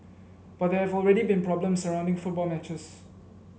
but there have already been problems surrounding football matches